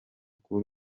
kuri